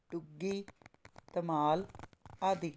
ਟੁੱਗੀ ਧਮਾਲ ਆਦਿ